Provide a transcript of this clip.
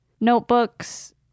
notebooks